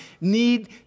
need